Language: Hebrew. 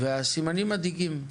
והסימנים מדאיגים: